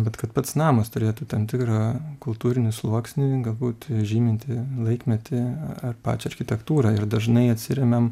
bet kad pats namas turėtų tam tikrą kultūrinį sluoksnį galbūt žyminti laikmetį ar pačią architektūrą ir dažnai atsiremiam